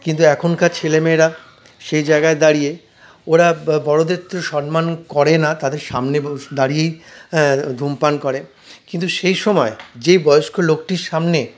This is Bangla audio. কিন্তু এখনকার ছেলেমেয়েরা সেই জায়গায় দাঁড়িয়ে ওরা বড়োদেরতো সন্মান করেই না তাদের সামনে দাঁড়িয়েই ধূমপান করে কিন্তু সেই সময় যে বয়স্ক লোকটির সামনে